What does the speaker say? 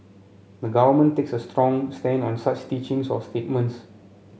the Government takes a strong stand on such teachings or statements